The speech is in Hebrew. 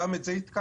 גם את זה עדכנו,